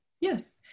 Yes